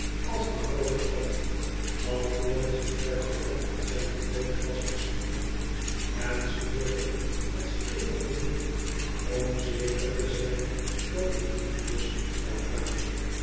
als hij noodig had alvorens het verderop aan zijne boot vast te snoeren en snoerde het stevig genoeg om zeker tê zijn dat het niet los zou gaan